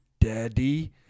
Daddy